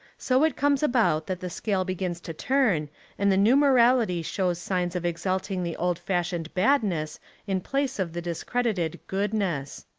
so it comes about that the scale begins to turn and the new morality shows signs of exalting the old-fashioned badness in place of the dis credited goodness.